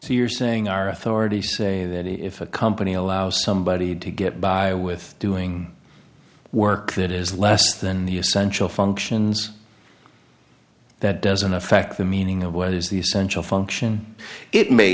so you're saying our authority saying that if a company allow somebody to get by with doing work that is less than the essential functions that doesn't affect the meaning of what is the essential function it may